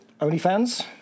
OnlyFans